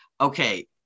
Okay